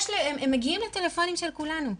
הם מגיעים לטלפונים של כולנו,